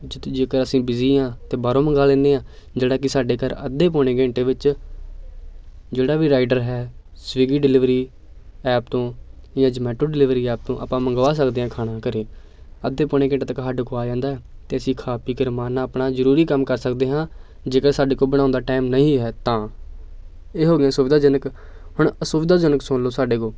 ਅਤੇ ਜੇਕਰ ਅਸੀਂ ਬਿਜ਼ੀ ਹਾਂ ਅਤੇ ਬਾਹਰੋਂ ਮੰਗਵਾ ਲੈਂਦੇ ਹਾਂ ਜਿਹੜਾ ਕਿ ਸਾਡੇ ਘਰ ਅੱਧੇ ਪੌਣੇ ਘੰਟੇ ਵਿੱਚ ਜਿਹੜਾ ਵੀ ਰਾਈਡਰ ਹੈ ਸਵਿਗੀ ਡਿਲੀਵਰੀ ਐਪ ਤੋਂ ਜਾਂ ਜਮੈਟੋ ਡਿਲੀਵਰੀ ਐਪ ਤੋਂ ਆਪਾਂ ਮੰਗਵਾ ਸਕਦੇ ਹਾਂ ਖਾਣਾ ਘਰ ਅੱਧੇ ਪੌਣੇ ਘੰਟੇ ਤੱਕ ਸਾਡੇ ਕੋਲ ਆ ਜਾਂਦਾ ਅਤੇ ਅਸੀਂ ਖਾ ਪੀ ਕੇ ਅਰਾਮ ਨਾਲ ਆਪਣਾ ਜ਼ਰੂਰੀ ਕੰਮ ਕਰ ਸਕਦੇ ਹਾਂ ਜੇਕਰ ਸਾਡੇ ਕੋਲ ਬਣਾਉਣ ਦਾ ਟਾਈਮ ਨਹੀਂ ਹੈ ਤਾਂ ਇਹ ਹੋ ਗਿਆ ਸੁਵਿਧਾਜਨਕ ਹੁਣ ਅਸੁਵਿਧਾਜਨਕ ਸੁਣ ਲਓ ਸਾਡੇ ਕੋਲ